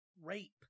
rape